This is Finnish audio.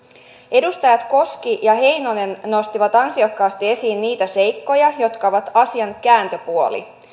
edustajat koski ja heinonen nostivat ansiokkaasti esiin niitä seikkoja jotka ovat asian kääntöpuolia